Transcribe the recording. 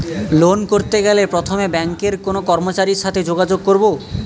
Loan করতে গেলে প্রথমে ব্যাঙ্কের কোন কর্মচারীর সাথে যোগাযোগ করব?